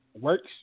works